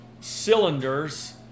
cylinders